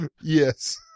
Yes